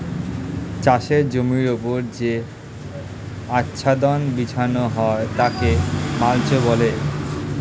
চাষের জমির ওপর যে আচ্ছাদন বিছানো হয় তাকে মাল্চ বলে